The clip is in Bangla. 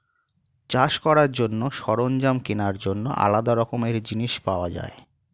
চাষ করার জন্য সরঞ্জাম কেনার জন্য আলাদা রকমের জিনিস পাওয়া যায়